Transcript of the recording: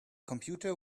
computer